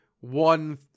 one